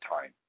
time